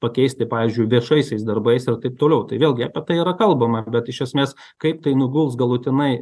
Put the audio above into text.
pakeisti pavyzdžiui viešaisiais darbais ir taip toliau tai vėlgi apie tai yra kalbama bet iš esmės kaip tai nuguls galutinai